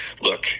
look